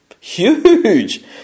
huge